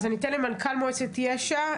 אז אני אתן למנכ"ל מועצת יש"ע,